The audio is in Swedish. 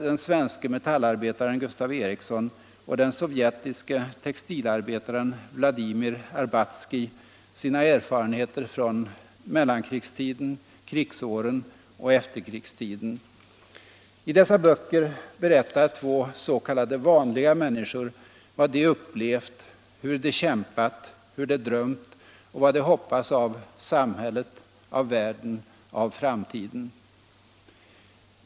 debatt och valutapolitisk debatt upplevt, hur de kämpat, hur de drömt och vad de hoppas av samhället, av världen, av framtiden.